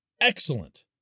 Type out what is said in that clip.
excellent